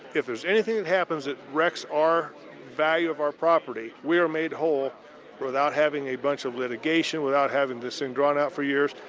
if there's anything that happens that wrecks our value of our property, we are made whole without having a bunch of litigation, without having this thing drawn out for years.